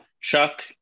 Chuck